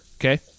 Okay